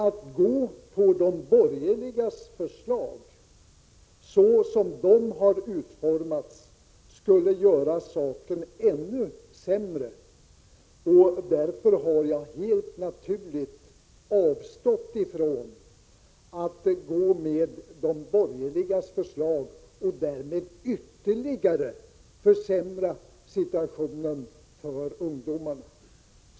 Att rösta för de borgerligas förslag såsom de är utformade skulle göra saken ännu sämre. Därmed har jag helt naturligt avstått från att ansluta mig till de borgerligas förslag och därmed, om de skulle antas, ytterligare försämra situationen för ungdomarna.